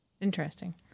Interesting